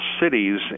cities